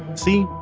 see?